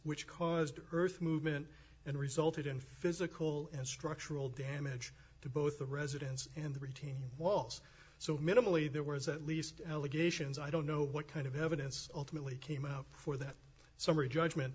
which caused earth movement and resulted in physical and structural damage to both the residence and the retaining walls so minimally there was at least allegations i don't know what kind of evidence ultimately came out for that summary judgment